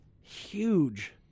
huge